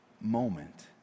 moment